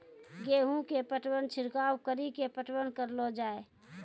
गेहूँ के पटवन छिड़काव कड़ी के पटवन करलो जाय?